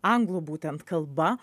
anglų būtent kalba